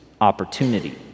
opportunity